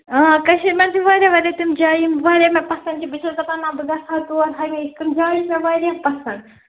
کٔشیٖرِِ منٛز چھِ وارِیاہ وارِیاہ تِم جایہِ یِم وارِیاہ مےٚ پسنٛد چھِ بہٕ چھَس دَپان نہَ بہٕ بہٕ گَژھٕ ہا تور ہمیشہِ تِم جایہِ چھِ مےٚ وارِیاہ پسنٛد